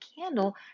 candle